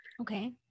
Okay